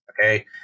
Okay